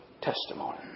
testimony